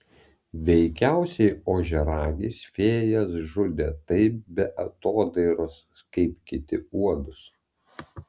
veikiausiai ožiaragis fėjas žudė taip be atodairos kaip kiti uodus